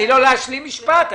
תני לו להשלים משפט,